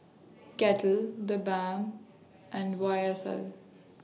Kettle The Balm and Y S L